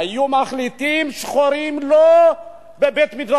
היו מחליטים: שחורים, לא בבית-מדרשנו.